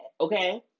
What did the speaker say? okay